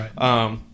Right